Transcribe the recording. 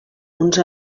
uns